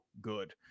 good